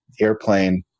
airplane